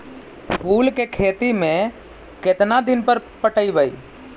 फूल के खेती में केतना दिन पर पटइबै?